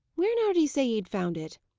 where now did he say he found it?